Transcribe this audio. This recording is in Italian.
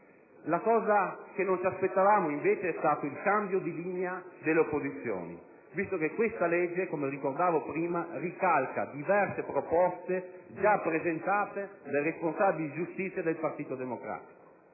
Quello che non ci aspettavamo, invece, è stato il cambio di linea delle opposizioni, visto che questa legge - come ricordavo prima - ricalca diverse proposte già presentate dai responsabili per la giustizia del Partito Democratico.